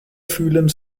fühlen